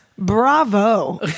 Bravo